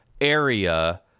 area